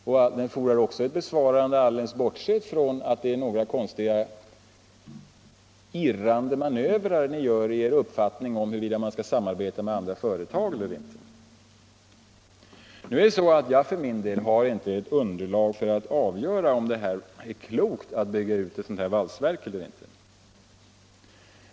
Frågan fordrar också ett svar alldeles bortsett från de irrande manövrer ni gör när det gäller er uppfattning huruvida man skall samarbeta med andra företag eller inte. Jag har för min del inte underlag för att avgöra huruvida det är klokt att bygga ut ett sådant här valsverk eller inte.